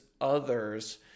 others